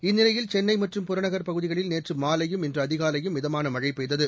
இந்நிலையில் சென்னை மற்றும் புறநகர் பகுதிகளில் நேற்று மாலையும் இன்று காலையும் மிதமான மழை பெய்தது